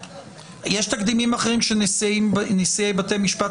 יש תקדימים אחרים של נשיאי בתי משפט